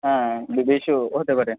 হ্যাঁ বেশিও হতে পারে